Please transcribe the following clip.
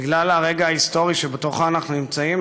בגלל הרגע ההיסטורי שבו אנחנו נמצאים,